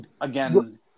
again